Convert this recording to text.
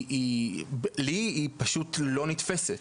לי היא פשוט לא נתפסת.